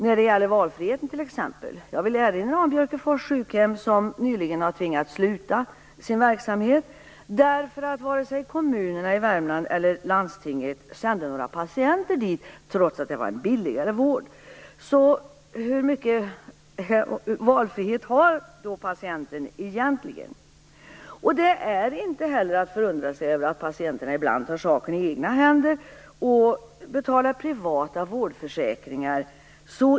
När det t.ex. gäller valfriheten vill jag erinra om Björkefors sjukhem som nyligen tvingats sluta med sin verksamhet därför att vare sig kommunerna eller landstinget i Värmland sände några patienter dit trots att vården där var billigare. Hur stor valfrihet har då patienten egentligen? Så illa som en del landsting faktiskt sköter sig är det inte heller att förundra sig över att patienterna ibland tar saken i egna händer och betalar privata vårdförsäkringar.